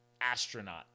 astronaut